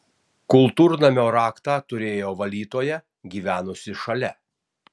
kultūrnamio raktą turėjo valytoja gyvenusi šalia